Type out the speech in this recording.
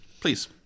Please